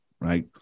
right